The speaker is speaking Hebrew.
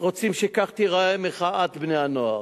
רוצים שכך תיראה מחאת בני-הנוער?